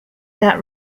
that